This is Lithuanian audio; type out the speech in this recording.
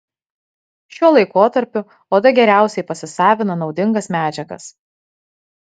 šiuo laikotarpiu oda geriausiai pasisavina naudingas medžiagas